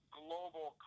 global